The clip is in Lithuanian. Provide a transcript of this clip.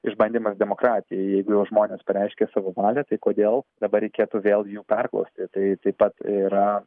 išbandymas demokratijai jeigu jau žmonės pareiškė savo valią tai kodėl dabar reikėtų vėl jų perklausti tai taip pat yra